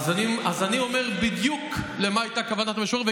אז אני אומר למה הייתה כוונת המשורר בדיוק,